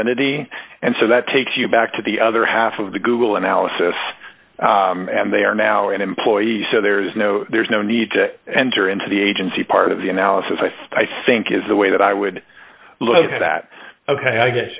entity and so that takes you back to the other half of the google analysis and they are now in employees so there is no there's no need to enter into the agency part of the analysis i think i think is the way that i would look at that ok i g